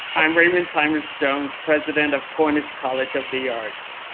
i'm raymond tymas-jones, president of cornish college of the arts.